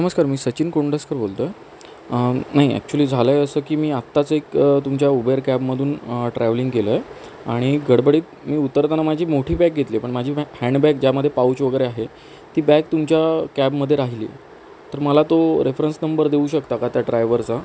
नमस्कार मी सचिन कोंडसकर बोलतो आहे नाही ॲक्च्युली झालं आहे असं की मी आत्ताच एक तुमच्या उबेर कॅबमधून ट्रॅवलिंग केलं आहे आणि गडबडीत मी उतरताना माझी मोठी बॅग घेतली आहे पण माझी बॅग हँडबॅग ज्यामध्ये पाउच वगैरे आहे ती बॅग तुमच्या कॅबमध्ये राहिली तर मला तो रेफरन्स नंबर देऊ शकता का त्या ड्रायवरचा